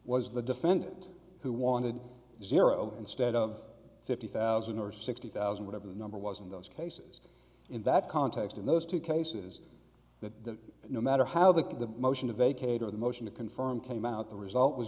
was the defendant who wanted the zero instead of fifty thousand or sixty thousand whatever the number was in those cases in that context in those two cases that no matter how the motion to vacate of the motion to confirm came out the result was